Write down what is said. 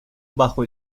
bajo